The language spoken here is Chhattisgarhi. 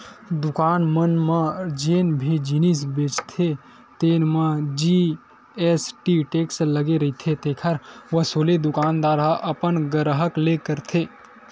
दुकान मन म जेन भी जिनिस बेचाथे तेन म जी.एस.टी टेक्स लगे रहिथे तेखर वसूली दुकानदार ह अपन गराहक ले करथे